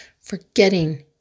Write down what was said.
forgetting